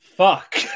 fuck